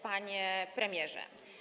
Panie Premierze!